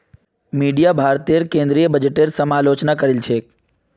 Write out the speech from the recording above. media भारतेर केंद्रीय बजटेर समालोचना करील छेक